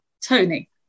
tony